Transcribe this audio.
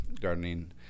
gardening